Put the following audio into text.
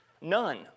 None